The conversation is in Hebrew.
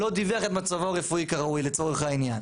לא דיווח את מצבו הרפואי כראוי, לצורך העניין.